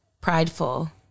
prideful